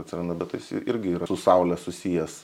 atsiranda bet tai irgi yra su saule susijęs